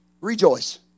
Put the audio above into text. rejoice